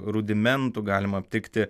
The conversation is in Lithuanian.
rudimentų galima aptikti